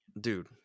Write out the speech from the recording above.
dude